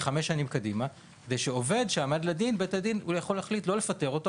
לחמש שנים קדימה; שבית הדין יוכל להחליט שלא לפטר את